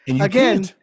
Again